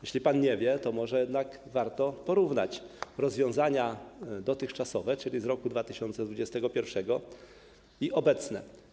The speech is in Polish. Jeśli pan nie wie, to może jednak warto porównać rozwiązania dotychczasowe, czyli z roku 2021, i obecne.